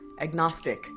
agnostic